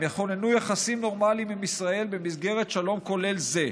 יכוננו יחסים נורמליים עם ישראל במסגרת שלום כולל זה,